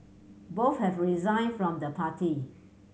both have resigned from the party